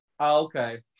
Okay